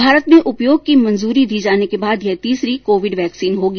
भारत में उपयोग की मंजूरी दी जाने के बाद यह तीसरी कोविड वैक्सीन होगी